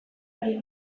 ari